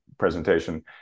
presentation